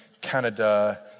Canada